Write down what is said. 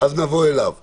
נבוא אליו בטענות.